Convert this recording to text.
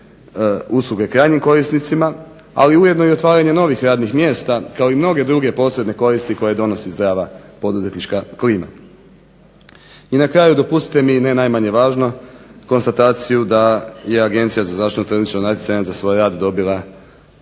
usluge krajnjim korisnicima, ali ujedno i otvaranje novih radnih mjesta kao i mnoge druge posebne koristi koje donosi zdrava poduzetnička klima. I nakraju dopustite mi ne najmanje važno konstataciju da je Agencija za zaštitu tržišnog natjecanja za svoj rad dobila